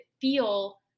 feel